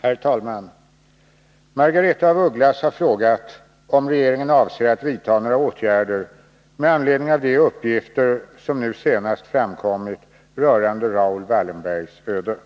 Herr talman! Margaretha af Ugglas har frågat om regeringen avser att vidta några åtgärder med anledning av de uppgifter som nu senast framkommit rörande Raoul Wallenbergs öde.